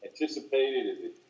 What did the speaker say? anticipated